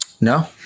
no